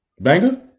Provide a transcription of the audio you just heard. Banger